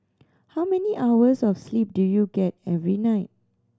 how many hours of sleep do you get every night